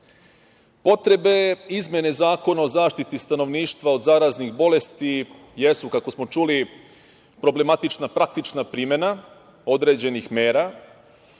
izmene Zakona o zaštiti stanovništva od zaraznih bolesti jesu, kako smo čuli, problematična praktična primena određenih mera,